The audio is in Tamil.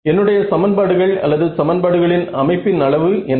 என்னுடைய சமன்பாடுகள் அல்லது சமன்பாடுகளின் அமைப்பின் அளவு என்ன